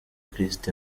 christ